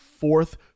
fourth